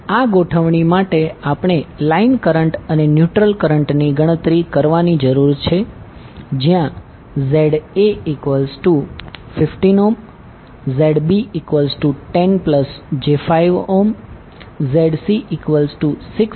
આ ગોઠવણી માટે આપણે લાઈન કરંટ અને ન્યુટ્રલ કરંટની ગણતરી કરવાની જરૂર છે જ્યાં ZA15 ZB10j5 ZC6 j8 છે